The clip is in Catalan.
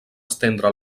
estendre